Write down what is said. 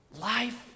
life